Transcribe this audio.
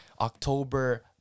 october